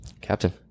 Captain